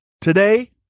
Today